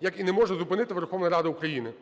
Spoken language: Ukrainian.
як і не може зупинити Верховна Рада України.